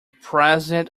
president